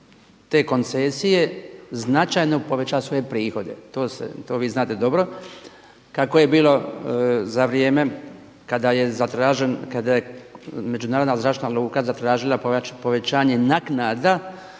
te koncesije značajno poveća svoje prihode, to vi znate dobro kako je bilo za vrijeme kada je zatražen kada je međunarodna zračna luka zatražila povećanje naknada